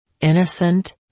Innocent